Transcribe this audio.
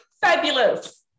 fabulous